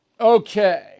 okay